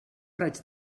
raig